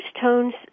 tones